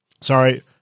sorry